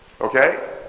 Okay